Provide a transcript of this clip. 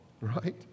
right